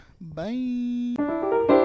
bye